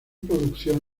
producción